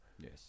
Yes